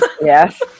Yes